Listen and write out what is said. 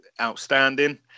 outstanding